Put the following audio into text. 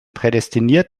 prädestiniert